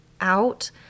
out